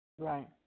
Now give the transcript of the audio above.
Right